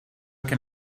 can